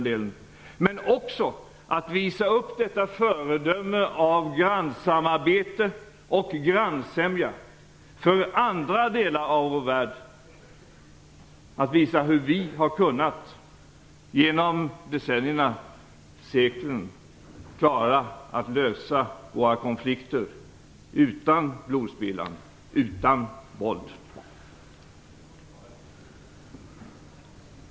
Det är också viktigt att vi visar upp detta som ett föredöme för grannsamarbete och grannsämja för andra delar av vår värld - att visa hur vi genom decennierna och seklerna har klarat att lösa våra konflikter utan blodspillan och utan våld.